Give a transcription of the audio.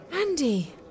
Andy